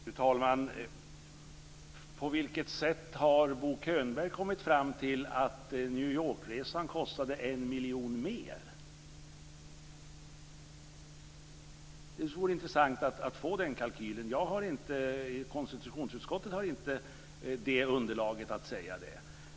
Fru talman! På vilket sätt har Bo Könberg kommit fram till att New York-resan kostade 1 miljon mer? Det vore intressant att få den kalkylen. Konstitutionsutskottet har inte underlaget att säga det.